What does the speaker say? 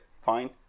fine